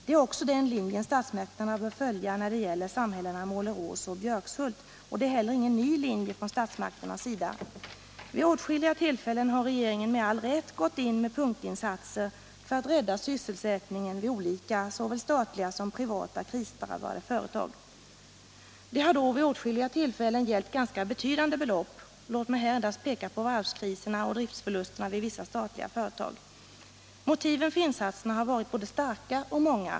Det är också den linjen statsmakterna bör följa när det gäller samhällena Målerås och Björkshult, och det är heller ingen ny linje från statsmakternas sida. Vid åtskilliga tillfällen har regeringen med all rätt gått in med punktinsatser för att rädda sysselsättningen vid olika såväl statliga som privata krisdrabbade företag. Det har då vid åtskilliga tillfällen gällt ganska betydande belopp. Låt mig här endast peka på varvskriserna och driftsförlusterna vid vissa statliga företag. Motiven för insatserna har varit både starka och många.